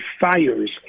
fires